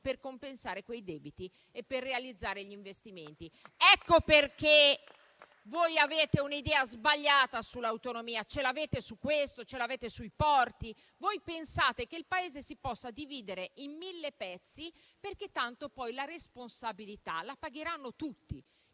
per compensare quei debiti e per realizzare gli investimenti. Ecco perché voi avete un'idea sbagliata sull'autonomia; ce l'avete su questo e ce l'avete sui porti. Voi pensate che il Paese si possa dividere in mille pezzi, perché tanto poi la responsabilità la pagheranno tutti,